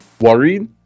worried